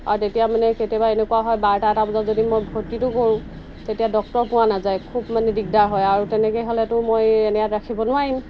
আৰু তেতিয়া মানে কেতিয়াবা এনেকুৱা হয় বাৰটা এটা বজাত যদি মই ভৰ্তিটো কৰোঁ তেতিয়া ডক্টৰ পোৱা নাযায় খুব মানে দিগদাৰ হয় আৰু তেনেকৈ হ'লেতো মই এনেই ইয়াত ৰাখিব নোৱাৰিম